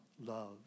love